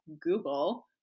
Google